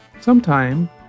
Sometime